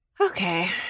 Okay